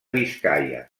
biscaia